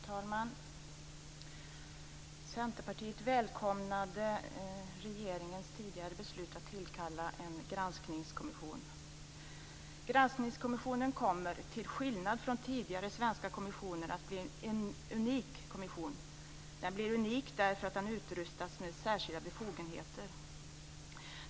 Fru talman! Centerpartiet välkomnade regeringens tidigare beslut att tillkalla en granskningskommission. Granskningskommissionen kommer, till skillnad från tidigare svenska kommissioner, att bli en unik kommission. Den blir unik därför att den utrustats med särskilda befogenheter.